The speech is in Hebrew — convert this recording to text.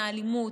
האלימות,